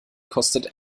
kostet